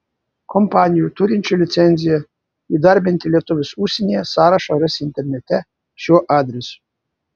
kompanijų turinčių licenciją įdarbinti lietuvius užsienyje sąrašą rasi internete šiuo adresu